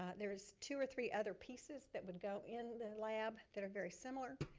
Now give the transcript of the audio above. ah there is two or three other pieces that would go in the lab that are very similar.